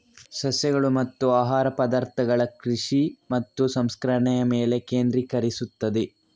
ಸಸ್ಯಗಳು ಮತ್ತು ಆಹಾರ ಪದಾರ್ಥಗಳ ಕೃಷಿ ಮತ್ತು ಸಂಸ್ಕರಣೆಯ ಮೇಲೆ ಕೇಂದ್ರೀಕರಿಸುತ್ತದೆ